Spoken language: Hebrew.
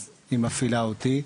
אז היא מפעילה אותי.